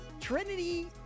Trinity